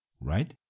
Right